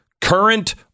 current